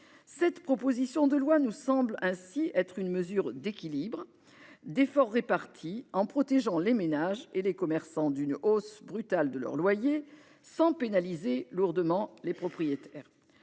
Cette proposition de loi nous semble ainsi être une mesure d'équilibre, d'effort réparti : elle protège les ménages et les commerçants d'une hausse brutale de leur loyer, sans pénaliser lourdement les propriétaires.